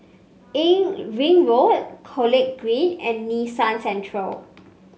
In Ring Road College Green and Nee Soon Central